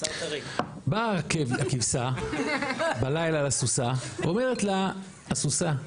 באה הכבשה בלילה לסוסה ואומרת לה 'הסוסה,